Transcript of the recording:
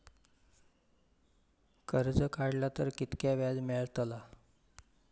कर्ज काडला तर कीतक्या व्याज मेळतला?